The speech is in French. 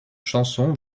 chanson